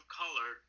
color